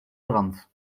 brand